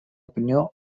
opinió